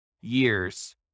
years